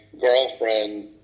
girlfriend